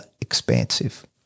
expansive